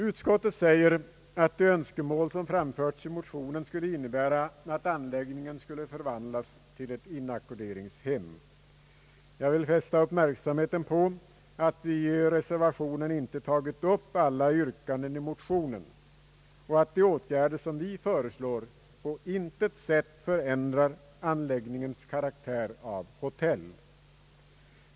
Utskottet säger att de önskemål som framförts i motionen skulle innebära att anläggningen skulle förvandlas till inackorderingshem. Jag vill fästa uppmärksamheten på att vi i reservationen inte tagit upp alla yrkanden i motionen och att de åtgärder som vi föreslår på intet sätt förändrar anläggningens karaktär av hotell.